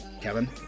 Kevin